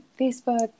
Facebook